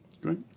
Great